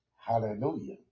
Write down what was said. Hallelujah